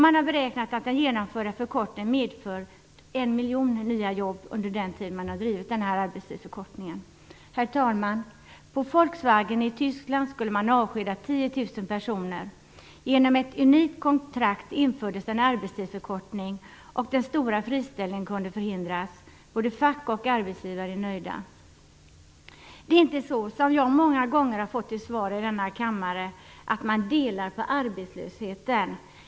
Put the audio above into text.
Man har beräknat att den genomförda förkortningen har medfört 1 miljon nya jobb. Herr talman! På Volkswagen i Tyskland skulle man avskeda 10 000 personer. Genom ett unikt kontrakt infördes en arbetstidsförkortning, och den stora friställningen kunde förhindras. Både fack och arbetsgivare är nöjda. Jag har många gånger fått till svar på mina frågor i denna kammare att man då delar på arbetslösheten. Så är det inte.